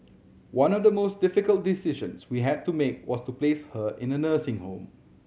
one of the most difficult decisions we had to make was to place her in a nursing home